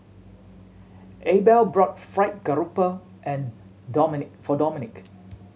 Abel bought fried grouper and Dominque for Dominque